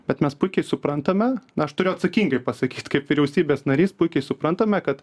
bet mes puikiai suprantame na aš turiu atsakingai pasakyt kaip vyriausybės narys puikiai suprantame kad